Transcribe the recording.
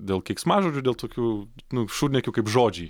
dėl keiksmažodžių dėl tokių nu šūdniekių kaip žodžiai